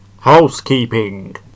HOUSEKEEPING